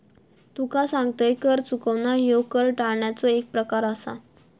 तुका सांगतंय, कर चुकवणा ह्यो कर टाळण्याचो एक प्रकार आसा